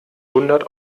hundert